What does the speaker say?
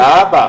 לאבא.